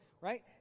right